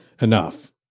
enough